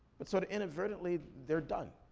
but sort of inadvertently, they're done.